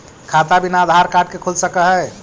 खाता बिना आधार कार्ड के खुल सक है?